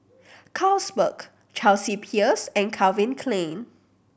Carlsberg Chelsea Peers and Calvin Klein